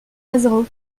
azerot